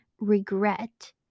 regret